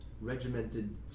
regimented